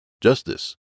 justice